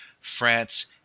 France